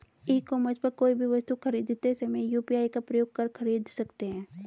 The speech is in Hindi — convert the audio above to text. ई कॉमर्स पर कोई भी वस्तु खरीदते समय यू.पी.आई का प्रयोग कर खरीद सकते हैं